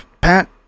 pat